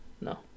No